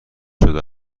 شده